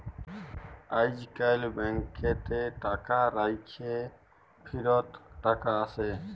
আইজকাল ব্যাংকেতে টাকা রাইখ্যে ফিরত টাকা আসে